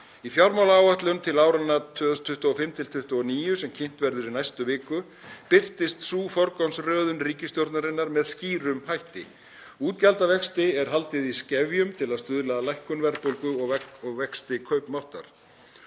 Í fjármálaáætlun til áranna 2025–2029, sem kynnt verður í næstu viku, birtist sú forgangsröðun ríkisstjórnarinnar með skýrum hætti. Útgjaldavexti er haldið í skefjum til að stuðla að lækkun verðbólgu og vexti kaupmáttar.